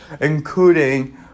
including